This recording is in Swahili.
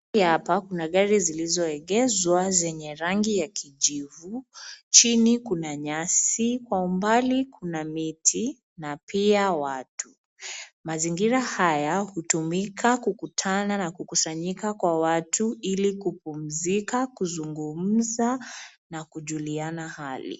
Mahali hapa kuna gari zilizoegezwa zenye rangi ya kijivu. Chini kuna nyasi, kwa umbali kuna miti na pia watu. Mazingira haya hutumika kukutana na kukusanyika kwa watu ili kupumzika, kuzungumza na kujuliana hali.